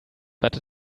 but